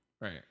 Right